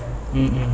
mm